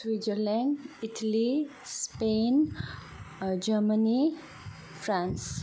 Switzerland Italy Spain Germany France